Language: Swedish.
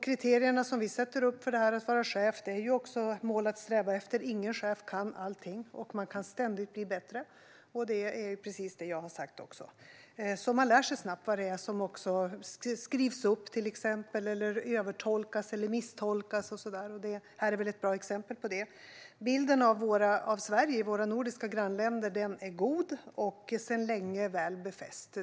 Kriterierna som vi sätter upp för att vara chef är också mål att sträva efter. Ingen chef kan allting. Man kan ständigt bli bättre, vilket är precis vad jag har sagt. Man lär sig snabbt vad det är som skrivs upp, övertolkas eller misstolkas - detta är ett bra exempel på en sådan sak. Bilden av Sverige i våra nordiska grannländer är god och sedan länge väl befäst.